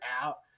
out